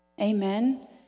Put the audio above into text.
Amen